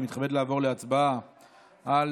אני מתכבד לעבור להצבעה על